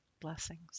blessings